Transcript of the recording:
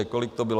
Kolik to bylo?